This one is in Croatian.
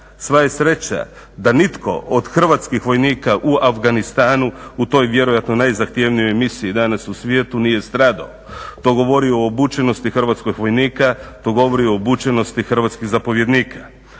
Sva je sreća da nitko od hrvatskih vojnika u Afganistanu, u toj vjerojatno najzahtjevnijoj misiji danas u svijetu nije stradao. To govori o obučenosti hrvatskih vojnika, to govori o obučenosti hrvatskih zapovjednika.